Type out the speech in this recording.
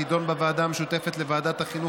תידון בוועדה המשותפת לוועדת החינוך,